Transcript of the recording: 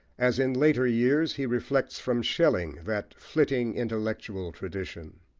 as in later years he reflects from schelling that flitting intellectual tradition.